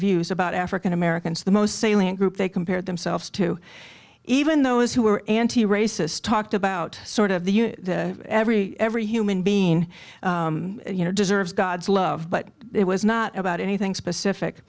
views about african americans the most salient group they compare themselves to even those who were anti racist talked about sort of the every every human being you know deserves god's love but it was not about anything specific